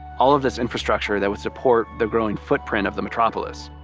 all of this infrastructure that would support the growing footprint of the metropolis.